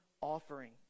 offering